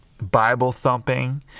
Bible-thumping